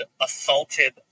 assaulted